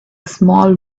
small